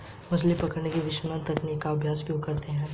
मछली पकड़ने की विनाशकारी तकनीक का अभ्यास क्यों होता है?